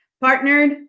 Partnered